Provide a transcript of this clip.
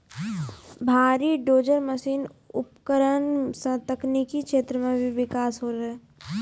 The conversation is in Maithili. भारी डोजर मसीन उपकरण सें तकनीकी क्षेत्र म भी बिकास होलय